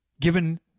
given